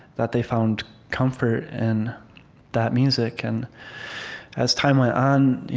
that they found comfort in that music. and as time went on,